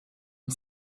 une